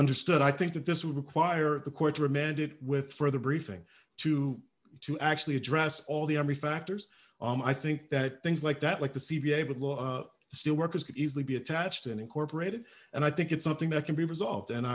understood i think that this would require the court remanded with further briefing to to actually address all the army factors i think that things like that like the c v a with steel workers could easily be attached and incorporated and i think it's something that can be resolved and